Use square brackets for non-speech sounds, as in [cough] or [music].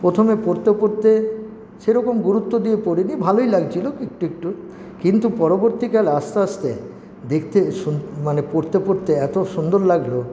প্রথমে পড়তে পড়তে সেরকম গুরুত্ব দিয়ে পড়িনি ভালোই লাগছিল একটু একটু কিন্তু পরবর্তীকালে আস্তে আস্তে দেখতে [unintelligible] মানে পড়তে পড়তে এত সুন্দর লাগল